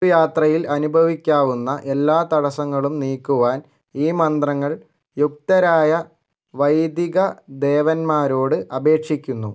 ഒരു യാത്രയിൽ അനുഭവിക്കാവുന്ന എല്ലാ തടസ്സങ്ങളും നീക്കുവാൻ ഈ മന്ത്രങ്ങൾ യുക്തരായ വൈദിക ദേവന്മാരോട് അപേക്ഷിക്കുന്നു